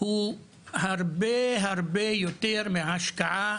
הוא הרבה הרבה יותר מההשקעה